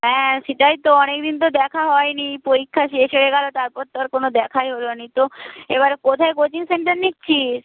হ্যাঁ সেটাই তো অনেকদিন তো দেখা হয়নি পরীক্ষা শেষ হয়ে গেল তারপর তো আর কোনো দেখাই হলো না তো এবারে কোথায় কোচিং সেন্টার নিচ্ছিস